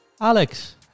Alex